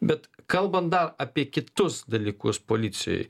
bet kalbant da apie kitus dalykus policijoj